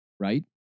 Right